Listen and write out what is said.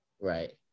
right